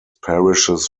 parishes